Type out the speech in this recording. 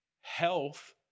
health